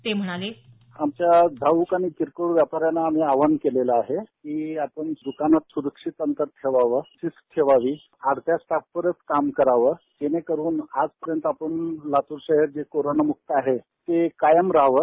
ते म्हणाले आमच्या घाऊक आणि किरकोळ व्यापाऱ्यांना आम्ही आव्हान केलं आहे की आपण दकानात सुरक्षित अंतर ठेवावं शिस्त ठेवावी अर्ध्या स्टाफवरच काम करावं जेणे करून आजपर्यंत लातूर शहर कोरोनामुक्त आहे ते कायम राहावं